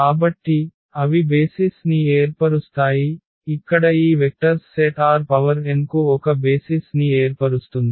కాబట్టి అవి బేసిస్ ని ఏర్పరుస్తాయి ఇక్కడ ఈ వెక్టర్స్ సెట్ Rn కు ఒక బేసిస్ ని ఏర్పరుస్తుంది